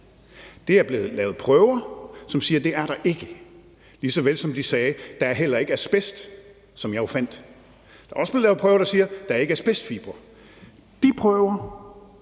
Der er blevet lavet prøver, som siger, at det er der ikke, lige såvel som de sagde, at der heller ikke var asbest, som jeg jo fandt. Der er også blev lavet prøver, som siger, at der ikke er asbestfibre. De prøver